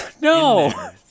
no